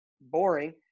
boring